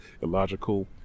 illogical